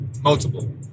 multiple